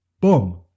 Boom